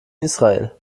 israel